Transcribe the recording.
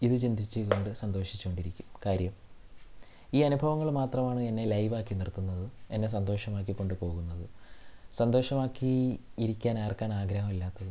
ഇത് ചിന്തിച്ച് കൊണ്ട് സന്തോഷിച്ച് കൊണ്ടിരിക്കും കാര്യം ഈ അനുഭവങ്ങൾ മാത്രമാണ് എന്നെ ലൈവാക്കി നിർത്തുന്നതും എന്നെ സന്തോഷമാക്കി കൊണ്ട് പോകുന്നതും സന്തോഷമാക്കി ഇരിക്കാൻ ആർക്കാണ് ആഗ്രഹം ഇല്ലാത്തത്